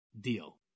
deal